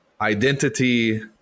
identity